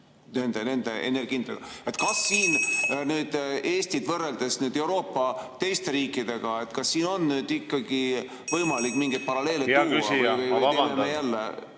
Hea küsija, ma vabandan.